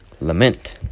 lament